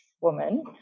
woman